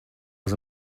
was